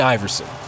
Iverson